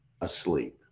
asleep